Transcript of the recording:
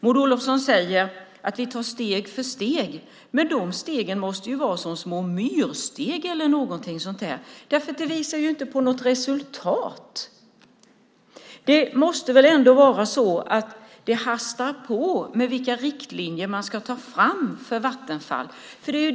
Maud Olofsson säger att man tar steg för steg. De stegen måste ju vara som små myrsteg eller något sådant. Det visas ju inte något resultat. Det måste väl ändå vara så att det hastar med vilka riktlinjer man ska ta fram för Vattenfall.